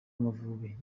amavubi